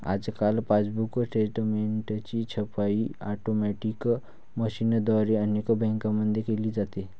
आजकाल पासबुक स्टेटमेंटची छपाई ऑटोमॅटिक मशीनद्वारे अनेक बँकांमध्ये केली जाते